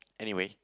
anyway